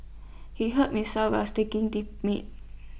he hurt himself while sticking the meat